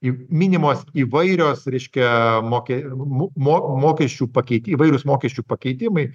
į minimos įvairios reiškia mokė mu mo mokesčių pakeiti įvairūs mokesčių pakeitimai